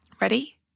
Ready